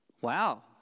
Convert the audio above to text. Wow